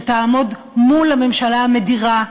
שתעמוד מול הממשלה המדירה,